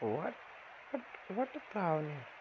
وۄٹھ وۄٹہٕ ترٛاونہِ